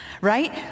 Right